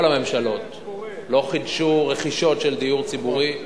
כל הממשלות לא חידשו רכישות של דיור ציבורי,